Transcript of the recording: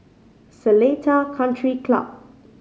Seletar Country Club